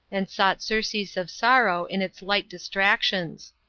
and sought surcease of sorrow in its light distractions.